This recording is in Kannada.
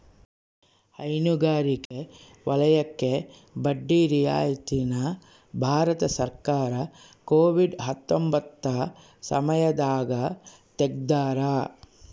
ಹೈನುಗಾರಿಕೆ ವಲಯಕ್ಕೆ ಬಡ್ಡಿ ರಿಯಾಯಿತಿ ನ ಭಾರತ ಸರ್ಕಾರ ಕೋವಿಡ್ ಹತ್ತೊಂಬತ್ತ ಸಮಯದಾಗ ತೆಗ್ದಾರ